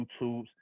YouTubes